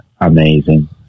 amazing